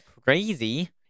Crazy